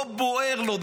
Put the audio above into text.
לא בוער לו.